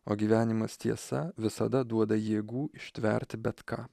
o gyvenimas tiesa visada duoda jėgų ištverti bet ką